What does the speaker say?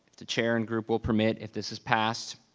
the chair and group will permit, if this has passed,